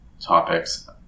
topics